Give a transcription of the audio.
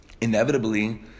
inevitably